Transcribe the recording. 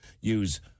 use